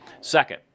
Second